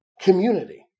community